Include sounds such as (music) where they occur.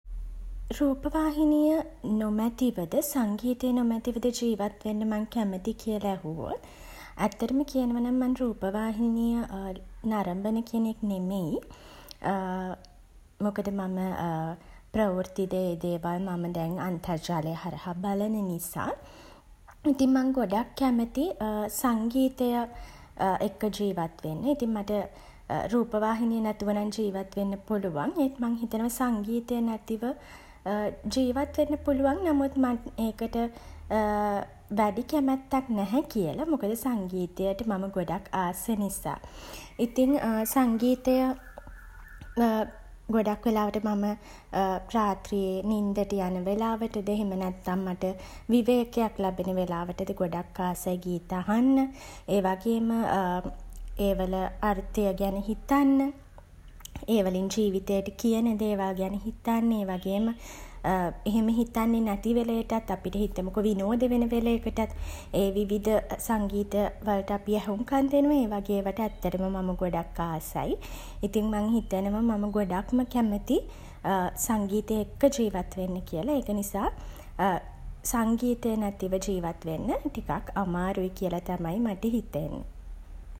රූපවාහිනිය (hesitation) නොමැතිවද, සංගීතය නොමැතිවද ජීවත් වෙන්න මං කැමති කියලා ඇහුවොත්, ඇත්තටම කියනවා නම් මං රුපවාහිනිය (hesitation) නරඹන කෙනෙක් නෙමෙයි. (hesitation) මොකද මම (hesitation) ප්‍රවෘත්ති ද, ඒ දේවල් මම දැන් අන්තර්ජාලය හරහා බලන නිසා. ඉතින් මං ගොඩක් කැමති (hesitation) සංගීතය (hesitation) එක්ක ජීවත් වෙන්න. ඉතින් මට (hesitation) රූපවාහිනිය නැතුව නම් ජීවත් වෙන්න පුළුවන්. ඒත්, මං හිතනවා සංගීතය නැතිව (hesitation) ජීවත් වෙන්න පුළුවන්. නමුත් මං ඒකට (hesitation) වැඩි කැමැත්තක් නැහැ කියලා. මොකද සංගීතයට මම ගොඩක් ආස නිසා. ඉතින් (hesitation) සංගීතය (hesitation) ගොඩක් වෙලාවට (hesitation) මම (hesitation) රාත්‍රියේ නින්දට යන වෙලාවටද, එහෙම නැත්තම් මට විවේකයක් ලැබෙන වෙලාවටද ගොඩක් ආසයි ගීත අහන්න. ඒවගේම (hesitation) ඒ වල අර්ථය ගැන හිතන්න. ඒ වලින් ජීවිතයට කියන දේවල් ගැන හිතන්න. ඒවගේම (hesitation) එහෙම හිතන්නේ නැති වෙලේටත් අපිට හිතමුකෝ විනෝද වෙන වෙලේකටත්, ඒ විවිධ (hesitation) සංගීත (hesitation) වලට අපි ඇහුම්කන් දෙනවා. ඒ වගේ ඒවාට ඇත්තටම මම ගොඩක් ආසයි. ඉතින් මං හිතනවා මම ගොඩක්ම කැමති (hesitation) සංගීතය එක්ක ජීවත් වෙන්න කියලා. ඒක නිසා (hesitation) සංගීතය නැතිව ජීවත් වෙන්න ටිකක් අමාරුයි කියලා තමයි මට හිතෙන්නේ.